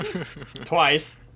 twice